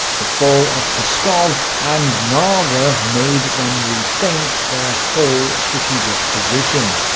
the fall of pskov and narva made them rethink their whole strategic position.